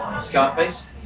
Scarface